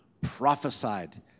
prophesied